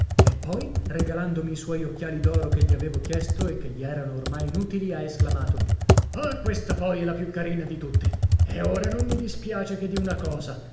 e poi regalandomi i suoi occhiali d'oro che gli avevo chiesto e che gli erano oramai inutili ha esclamato ah questa poi è la più carina di tutte e ora non mi dispiace che di una cosa